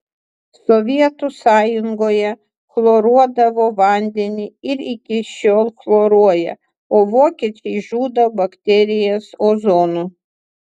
sovietų sąjungoje chloruodavo vandenį ir iki šiol chloruoja o vokiečiai žudo bakterijas ozonu